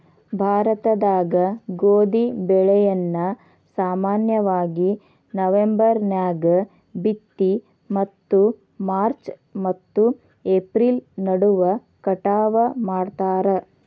ಭಾರತದಾಗ ಗೋಧಿ ಬೆಳೆಯನ್ನ ಸಾಮಾನ್ಯವಾಗಿ ನವೆಂಬರ್ ನ್ಯಾಗ ಬಿತ್ತಿ ಮತ್ತು ಮಾರ್ಚ್ ಮತ್ತು ಏಪ್ರಿಲ್ ನಡುವ ಕಟಾವ ಮಾಡ್ತಾರ